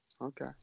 Okay